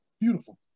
beautiful